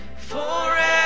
forever